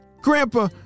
Grandpa